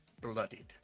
bloodied